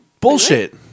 Bullshit